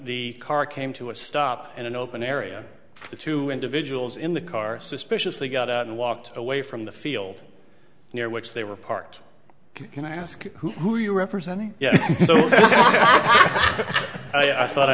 the car came to a stop in an open area the two individuals in the car suspiciously got out and walked away from the field near which they were parked can i ask who are you representing so i thought i